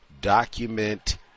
document